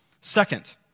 Second